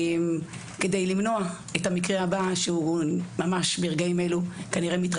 כדי למנוע את המקרה הבא שהוא מתרחש כנראה ממש ברגעים אלה.